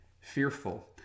fearful